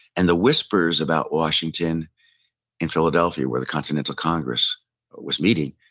and the whispers about washington in philadelphia, where the continental congress was meeting,